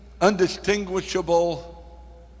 undistinguishable